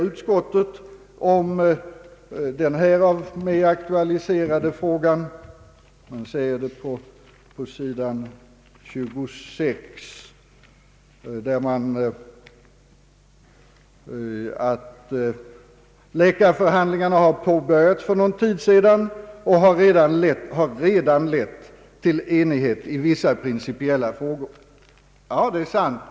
Utskottet säger på s. 26 angående den av mig aktualiserade frågan att »läkarförhandlingarna har påbörjats för någon tid sedan och har redan lett till enighet i vissa principiella frågor».